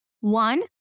One